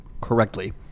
correctly